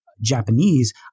Japanese